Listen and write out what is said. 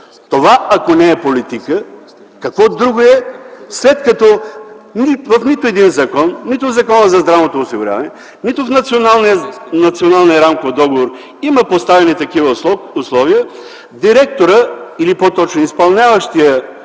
Това ако не е политика, какво друго е, след като в нито един закон – нито в Закона за здравното осигуряване, нито в Националния рамков договор има поставени такива условия? Директорът или по-точно изпълняващият